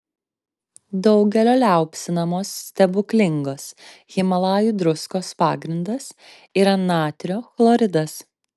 daugelio liaupsinamos stebuklingos himalajų druskos pagrindas yra natrio chloridas